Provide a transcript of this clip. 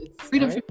freedom